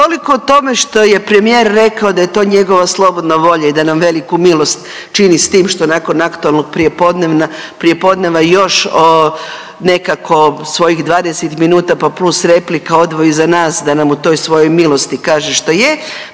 Toliko o tome što je premijer rekao da je to njegova slobodna volja i da nam veliku milost čini s tim što nakon aktualnog prijepodneva još nekako svojih 20 minuta pa plus replika odvoji za nas da nam u toj svojoj milosti kaže što je,